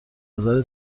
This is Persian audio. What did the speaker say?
نظر